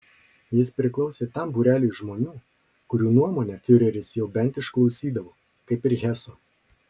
jis priklausė tam būreliui žmonių kurių nuomonę fiureris jau bent išklausydavo kaip ir heso